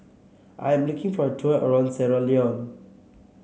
I am looking for a tour around Sierra Leone